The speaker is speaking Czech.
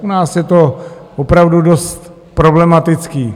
U nás je to opravdu dost problematické.